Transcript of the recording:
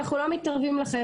אנחנו לא מתערבים לכם,